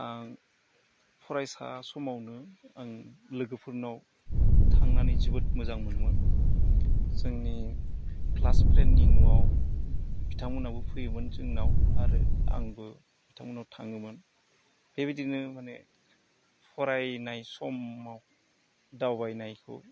आं फरायसा समावनो आं लोगोफोरनाव थांनानै जोबोद मोजां मोनोमोन जोंनि क्लास फ्रेन्डनि न'आव बिथांमोननाबो फैयोमोन जोंनाव आरो आंबो बिथांमोननाव थाङोमोन बेबायदिनो माने फरायनाय समाव दावबायनायखौ